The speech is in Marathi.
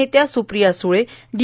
नेत्या सुप्रिया सुळे डी